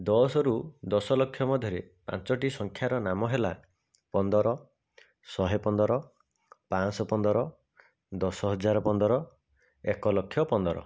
ଦଶରୁ ଦଶ ଲକ୍ଷ ମଧ୍ୟରେ ପାଞ୍ଚଟି ସଂଖ୍ୟା ହେଲା ପନ୍ଦର ଶହେ ପନ୍ଦର ପାଞ୍ଚଶହ ପନ୍ଦର ଦଶ ହଜାର ପନ୍ଦର ଏକ ଲକ୍ଷ ପନ୍ଦର